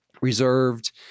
reserved